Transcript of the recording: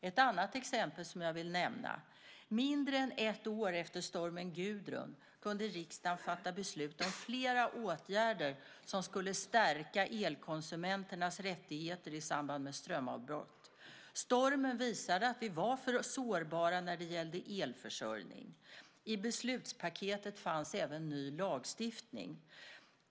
Ett annat exempel som jag vill nämna är att mindre än ett år efter stormen Gudrun kunde riksdagen fatta beslut om flera åtgärder som skulle stärka elkonsumenternas rättigheter i samband med strömavbrott. Stormen visade att vi var för sårbara när det gällde elförsörjning. I beslutspaketet fanns även ny lagstiftning.